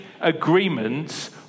agreements